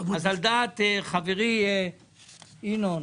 על דעת חברי ינון,